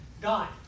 God